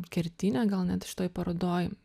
kertinė gal net šitoj parodoj